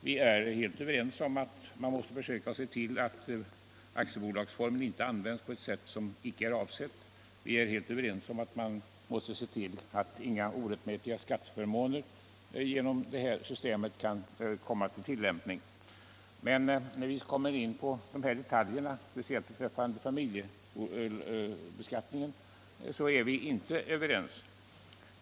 Vi är helt överens om att man måste försöka se till, att aktiebolagsformen inte används på ett sätt som icke är avsett, vi är helt överens om att man måste se till, att inga orättmätiga skatteförmåner kan komma till stånd genom det här systemet. Men när vi kommer in på detaljerna, speciellt beträffande familjebeskattningen, är vi inte överens.